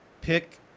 pick